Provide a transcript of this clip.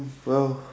well